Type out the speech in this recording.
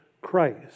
Christ